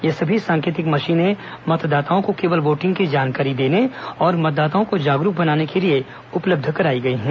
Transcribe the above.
ये सभी सांकेतिक मशीनें मतदाताओं को केवल वोटिंग की जानकारी देने और मतदाताओं को जागरूक बनाने के लिए उपलब्ध कराई गई है